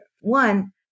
One